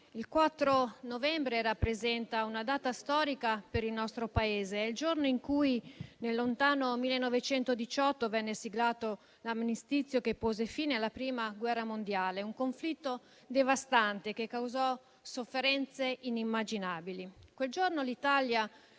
il 4 novembre rappresenta una data storica per il nostro Paese; è il giorno in cui, nel lontano 1918, venne siglato l'armistizio che pose fine alla Prima guerra mondiale, un conflitto devastante che causò sofferenze inimmaginabili. Quel giorno l'Italia